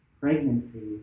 pregnancy